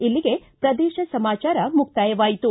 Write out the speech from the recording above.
ಇಲ್ಲಿಗೆ ಪ್ರದೇಶ ಸಮಾಚಾರ ಮುಕ್ಕಾಯವಾಯಿತು